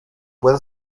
buen